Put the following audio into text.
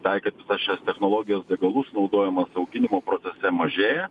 taikant visas šias technologijas degalų sunaudojimas auginimo procese mažėja